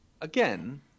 Again